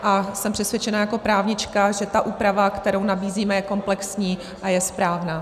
A jsem přesvědčena jako právnička, že ta úprava, kterou nabízíme, je komplexní a je správná.